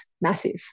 massive